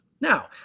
Now